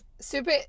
super